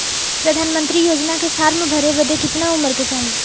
प्रधानमंत्री योजना के फॉर्म भरे बदे कितना उमर रहे के चाही?